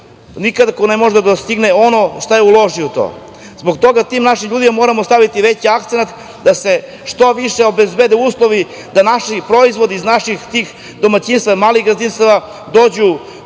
nikada ne može da dostigne ono što je uložio u to. Zbog toga tim našim ljudima moramo staviti veći akcenat da se što više obezbede uslovi da naši proizvodi iz malih gazdinstava, domaćinstava, dođu do naših